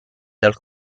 dal